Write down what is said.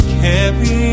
carry